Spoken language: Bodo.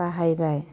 बाहायबाय